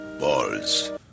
balls